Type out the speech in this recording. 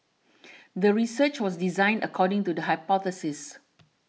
the research was designed according to the hypothesis